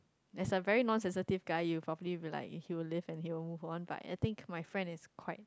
as a very non sensitive guy you'll probably like he will leave and he will move on but I think my friend is quite